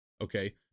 Okay